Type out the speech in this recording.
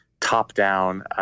top-down